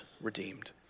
redeemed